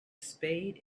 spade